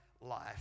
life